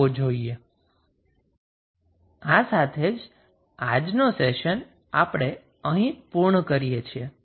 અને આ સાથે જ આજનો આ સેશન અહીં પુર્ણ કરીએ છીએ